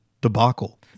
debacle